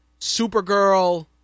Supergirl